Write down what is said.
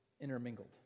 intermingled